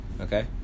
okay